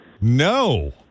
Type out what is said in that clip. No